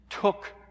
took